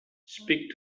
speak